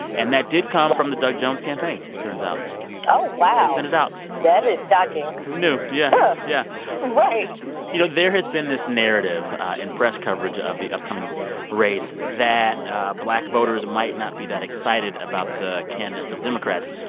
and that did come from the doug jones campaign, turns out oh, wow they sent it out that is shocking who knew? yeah, yeah right you know, there has been this narrative in press coverage of the upcoming race that black voters might not be that excited about the candidate for the democrats,